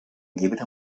llibre